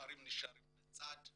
והגברים נשארים בצד.